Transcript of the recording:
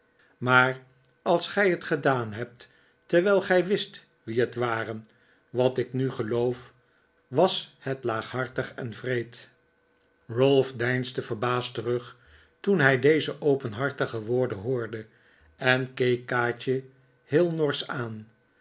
maar als gij het gedaan hebt terwijl gij wist wie het waren wat ik nu geloof was het laaghartig en wreed ralph deinsde verbaasd terug toen hij deze openhartige woorden hoorde en keek kaatje heel norsch aan